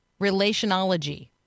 Relationology